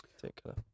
particular